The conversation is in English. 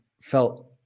felt